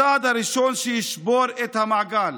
הצעד הראשון שישבור את המעגל